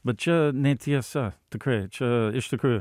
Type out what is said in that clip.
bet čia netiesa tikrai čia iš tikrųjų